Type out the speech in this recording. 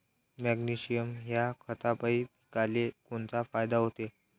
Magnesium ह्या खतापायी पिकाले कोनचा फायदा होते?